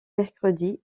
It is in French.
mercredis